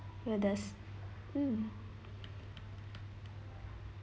will the s~ mm